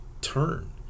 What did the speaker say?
turn